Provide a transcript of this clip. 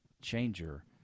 changer